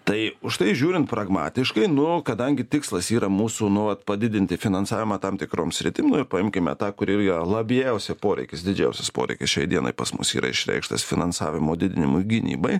tai užtai žiūrint pragmatiškai nu kadangi tikslas yra mūsų nu vat padidinti finansavimą tam tikrom sritim nu ir paimkime tą kuri ir yra labiausiai poreikis didžiausias poreikis šiai dienai pas mus yra išreikštas finansavimo didinimui gynybai